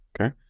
Okay